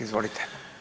Izvolite.